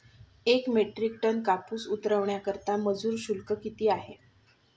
एक metric ton कापूस उतरवण्याकरता मजूर शुल्क किती आहे?